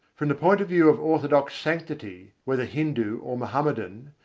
from the point of view of orthodox sanctity, whether hindu or mohammedan,